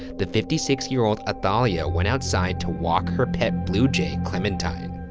the fifty six year old athalia went outside to walk her pet bluejay, clementine.